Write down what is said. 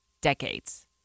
decades